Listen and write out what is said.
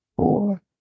four